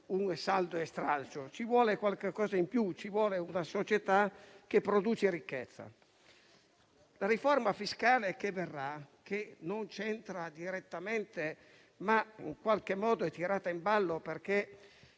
un "saldo e stralcio". Ci vuole qualcosa in più, ci vuole una società che produce ricchezza. Quanto alla riforma fiscale che verrà, che non c'entra direttamente con il dibattito, ma in qualche modo è tirata in ballo, perché